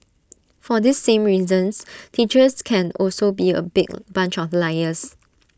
for these same reasons teachers can also be A big bunch of liars